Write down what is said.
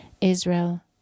Israel